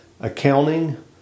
accounting